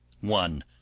one